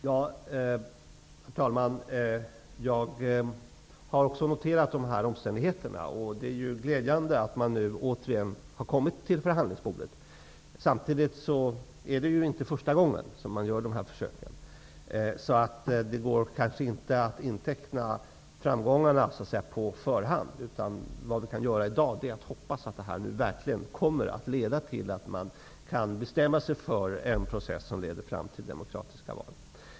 Herr talman! Jag har också noterat de här omständigheterna. Det är glädjande att man nu återigen har kommit till förhandlingsbordet. Men det är inte första gången man gör sådana försök. Det går kanske inte att inteckna framgångarna på förhand. I dag kan vi bara hoppas att det här verkligen kommer att innebära att man kan bestämma sig för en process som leder fram till demokratiska val.